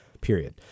period